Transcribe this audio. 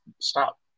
stop